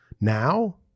Now